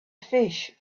fish